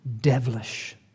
devilish